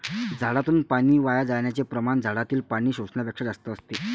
झाडातून पाणी वाया जाण्याचे प्रमाण झाडातील पाणी शोषण्यापेक्षा जास्त असते